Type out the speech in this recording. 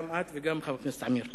גם את וגם חבר הכנסת עמיר פרץ.